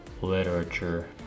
literature